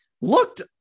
Looked